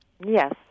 Yes